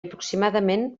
aproximadament